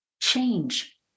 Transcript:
change